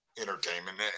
entertainment